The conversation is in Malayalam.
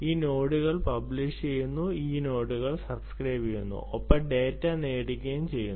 ഈ നോഡുകൾ പബ്ലിഷ് ചെയ്യുന്നു നോഡുകൾ സബ്സ്ക്രൈബുചെയ്യുന്നു ഒപ്പം ഡാറ്റ നേടുകയും ചെയ്യുന്നു